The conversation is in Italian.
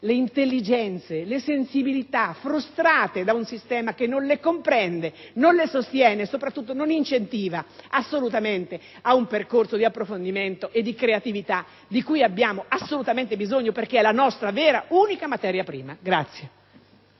le intelligenze, le sensibilità, frustrate da un sistema che non le comprende, non le sostiene e soprattutto non incentiva assolutamente un percorso di approfondimento e di creatività di cui abbiamo assolutamente bisogno, perché è la nostra vera, unica materia prima.